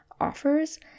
offers